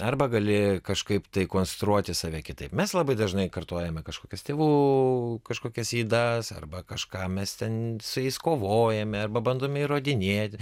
arba gali kažkaip tai konstruoti save kitaip mes labai dažnai kartojame kažkokias tėvų kažkokias ydas arba kažką mes ten su jais kovojame arba bandome įrodinėti